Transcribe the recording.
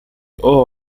all